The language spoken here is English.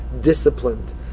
disciplined